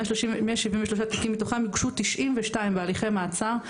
173 תיקים מתוכם הוגשו 92 והליכי מעצר,